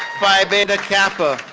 phi beta kappa.